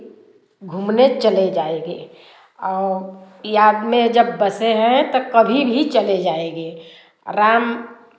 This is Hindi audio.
घूमने चले जाएँगे याद में जब बसे हैं तब कभी भी चले जाएँगे राम